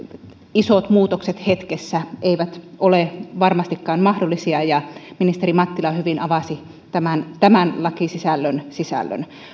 isot muutokset hetkessä eivät ole varmastikaan mahdollisia ministeri mattila hyvin avasi tämän tämän lakisisällön lakisisällön